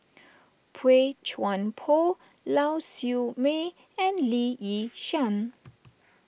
Boey Chuan Poh Lau Siew Mei and Lee Yi Shyan